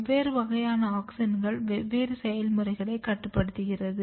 வெவ்வேறு வகையான ஆக்ஸின்கள் வெவ்வேறு செயல்முறைகளை கட்டுப்படுத்துகிறது